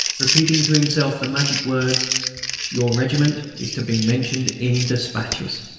repeating to himself the magic words your regiment is to be mentioned in despatches!